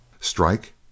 Strike